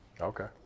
Okay